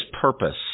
purpose